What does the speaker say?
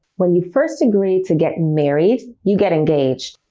when you first agree to get married, you get engaged.